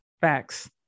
facts